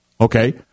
Okay